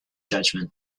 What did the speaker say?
judgment